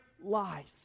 life